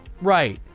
Right